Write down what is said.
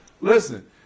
Listen